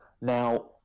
Now